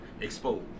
exposed